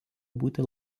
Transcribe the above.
būti